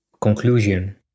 conclusion